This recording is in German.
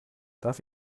darf